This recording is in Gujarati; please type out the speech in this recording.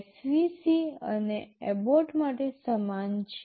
SVC અને અબોર્ટ માટે સમાન છે